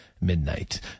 midnight